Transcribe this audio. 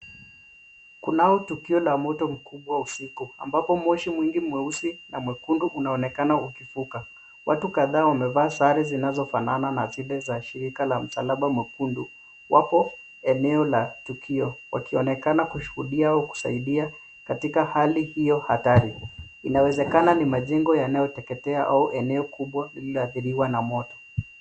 Kunao tukio la moto mkubwa usiku. Ambapo moshi mwingi mweusi na mwekundu unaonekana ukivuka. Watu kadhaa wamevaa sare zinazofanana na zile za shirika la msalaba mwekundu. Wapo eneo la tukio wakionekana kushuhudia au kusaidia katika hali hiyo hatari. Inawezekana ni majengo yanayoteketea au eneo kubwa liliadhiriwa na moto.